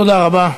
תודה רבה.